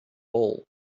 all